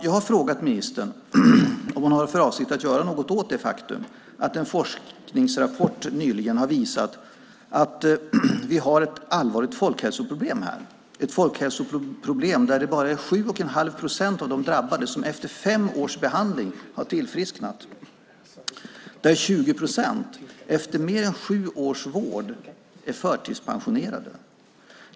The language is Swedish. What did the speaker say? Jag har frågat ministern om hon har för avsikt att göra något åt det faktum att en forskningsrapport nyligen har visat att vi har ett allvarligt folkhälsoproblem här - ett folkhälsoproblem där det bara är 7 1⁄2 procent av de drabbade som efter fem års behandling har tillfrisknat och där 20 procent efter mer än sju års vård är förtidspensionerade.